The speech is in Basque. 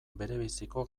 berebiziko